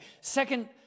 second